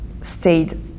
stayed